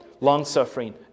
long-suffering